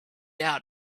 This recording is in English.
out